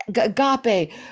Agape